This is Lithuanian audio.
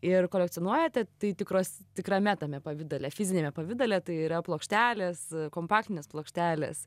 ir kolekcionuojate tai tikros tikrame tame pavidale fiziniame pavidale tai yra plokštelės kompaktinės plokštelės